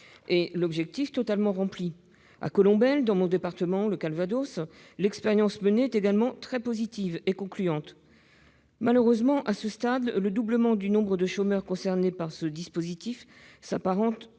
et l'objectif totalement rempli. À Colombelles, dans mon département, le Calvados, l'expérience menée est également très positive et concluante. Malheureusement, à ce stade, le doublement du nombre de chômeurs concernés par ce dispositif s'apparente